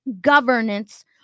governance